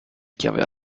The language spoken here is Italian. chiave